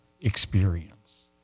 experience